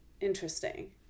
interesting